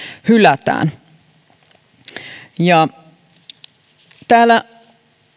hylätään täällä